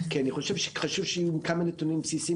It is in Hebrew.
כי אני חושב שחשוב שיראו כמה נתונים בסיסיים